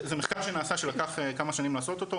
זה מחקר שנעשה ולקח כמה שנים לעשות אותו,